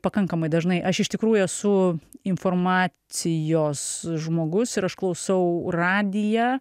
pakankamai dažnai aš iš tikrųjų esu informacijos žmogus ir aš klausau radiją